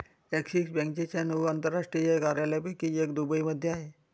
axis बँकेच्या नऊ आंतरराष्ट्रीय कार्यालयांपैकी एक दुबईमध्ये आहे